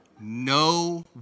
No